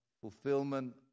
fulfillment